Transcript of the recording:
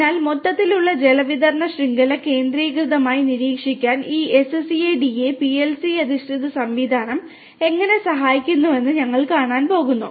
അതിനാൽ മൊത്തത്തിലുള്ള ജലവിതരണ ശൃംഖല കേന്ദ്രീകൃതമായി നിരീക്ഷിക്കാൻ ഈ SCADA PLC അധിഷ്ഠിത സംവിധാനം എങ്ങനെ സഹായിക്കുമെന്ന് ഞങ്ങൾ കാണാൻ പോകുന്നു